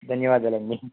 ధన్యవాదాలండి